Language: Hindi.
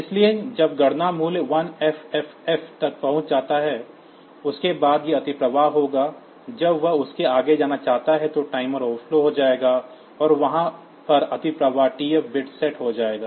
इसलिए जब गणना मूल्य 1FFF तक पहुंच जाता है उसके बाद यह अतिप्रवाह होगा जब वह उससे आगे जाना चाहता है तो टाइमर ओवरफ्लो हो जाएगा और वहां पर अतिप्रवाह TF बिट सेट हो जाएगा